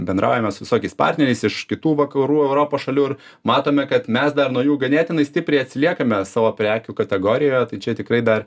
bendraujame su visokiais partneriais iš kitų vakarų europos šalių ir matome kad mes dar nuo jų ganėtinai stipriai atsiliekame savo prekių kategorijoje tai čia tikrai dar